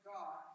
God